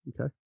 Okay